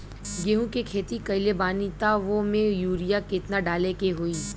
गेहूं के खेती कइले बानी त वो में युरिया केतना डाले के होई?